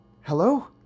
Hello